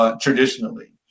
traditionally